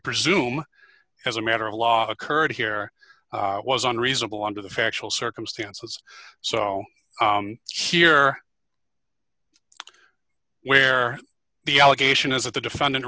presume as a matter of law occurred here was unreasonable under the factual circumstances so here where the allegation is that the defendant